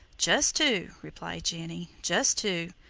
just two, replied jenny. just two.